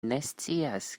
nescias